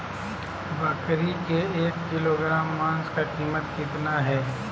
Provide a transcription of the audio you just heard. बकरी के एक किलोग्राम मांस का कीमत कितना है?